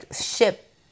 ship